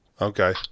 okay